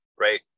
right